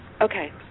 okay